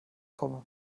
komme